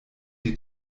die